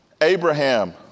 Abraham